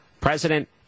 president